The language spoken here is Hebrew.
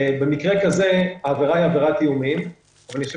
במקרה כזה העבירה היא עבירת איומים ואני חושב